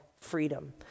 freedom